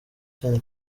cyane